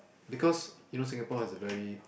because you know Singapore has a very